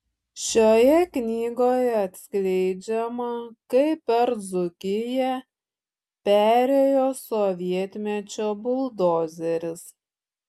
šioje knygoje atskleidžiama kaip per dzūkiją perėjo sovietmečio buldozeris